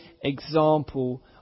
example